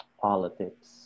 politics